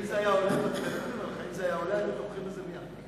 אם זה היה עולה היינו תומכים בזה מייד,